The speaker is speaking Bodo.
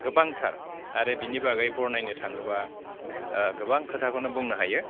गोबांथार आरो बिनि बागै बरनायनो थाङोबा गोबां खोथाखौनो बुंनो हायो